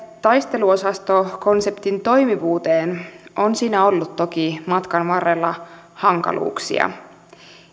taisteluosastokonseptin toimivuuteen on siinä ollut toki matkan varrella hankaluuksia